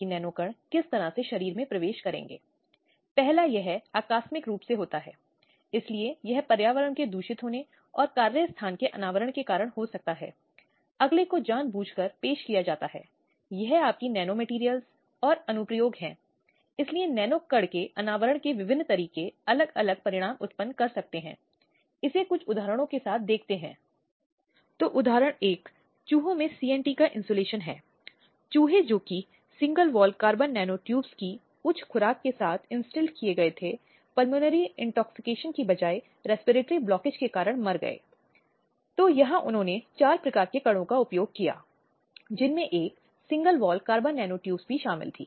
इसलिए गैर सरकारी संगठन भी इस नागरिक समाज का हिस्सा बनते हैं और आम तौर पर गैर सरकारी संगठनों के पास एक संगठित संरचना या गति विधि होती है इसके अलावा यह वर्तमान समय में ऑनलाइन समूह और सोशल मीडिया समुदायों जैसी गतिविधियों में भी हो सकती है जो इसमें हैं सामूहिक कार्यों के अस्तित्व सामाजिक आंदोलनों जो संगठित हो सकते हैं और इसके अलावा जैसा कि हमने कहा विश्वास संगठन विश्वास समुदाय श्रमिक संघ आदि इसका एक अभिन्न हिस्सा हैं